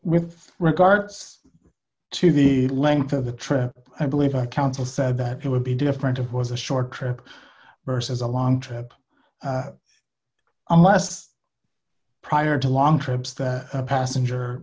with regards to the length of the trip i believe our counsel said that it would be different it was a short trip versus a long trip a must prior to long trips the passenger